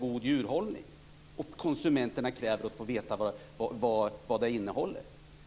Konsumenterna kräver att få veta vad produkterna innehåller.